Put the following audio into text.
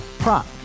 Prop